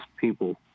people